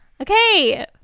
Okay